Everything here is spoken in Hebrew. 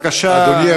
בבקשה, אדוני.